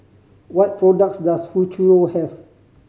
what products does Futuro have